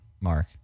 Mark